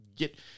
Get